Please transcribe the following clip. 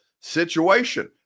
situation